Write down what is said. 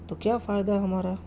تو کیا فائدہ ہمارا